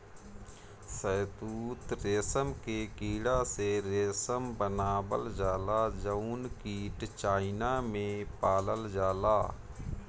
शहतूत रेशम के कीड़ा से रेशम बनावल जाला जउन कीट चाइना में पालल जाला